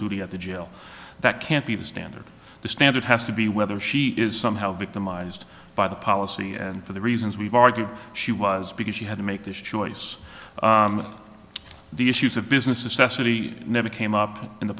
duty at the jail that can't be the standard the standard has to be whether she is somehow victimized by the policy and for the reasons we've argued she was because she had to make this choice the issues of business especially never came up in the